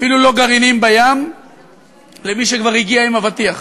אפילו לא גרעינים בים למי שכבר הגיע עם אבטיח.